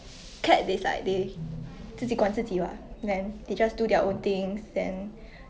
ah